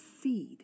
seed